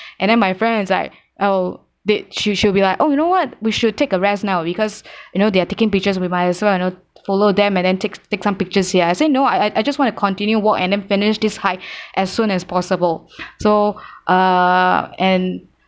and then my friend was like oh they she she'll be like oh you know what we should take a rest now because you know they're taking pictures we might as well you know follow them and then take take some pictures ya I say no I I just want to continue walk and then finish this hike as soon as possible so uh and